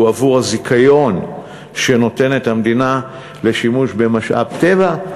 הם עבור הזיכיון שנותנת המדינה לשימוש במשאב טבע.